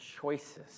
choices